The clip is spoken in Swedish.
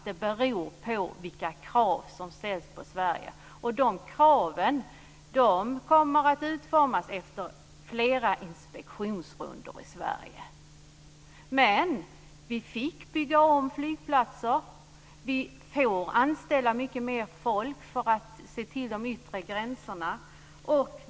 Det beror på vilka krav som ställs på Sverige. De kraven kommer att utformas efter flera inspektionsrundor i Sverige. Men vi fick bygga om flygplatser, vi får anställa mycket mer folk för att se till de yttre gränserna.